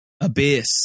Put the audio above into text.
Abyss